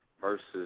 versus